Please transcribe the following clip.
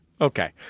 Okay